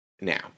now